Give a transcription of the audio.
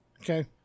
Okay